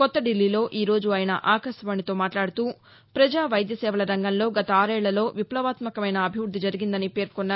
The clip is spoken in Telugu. కొత్త ధిల్లీలో ఈ రోజు ఆయన ఆకాశవాణితో మాట్లాడుతూ ప్రజా వైద్యసేవల రంగంలో గత ఆరు ఏళ్ళలో విప్లవాత్మకమైన అభివృద్ధి జరిగిందని పేర్కొన్నారు